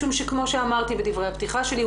משום שכמו שאמרתי בדברי הפתיחה שלי,